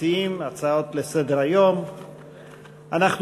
מציעים בהצעות לסדר-היום שמספרן 678,